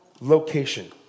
location